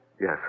Yes